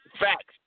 Facts